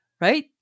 Right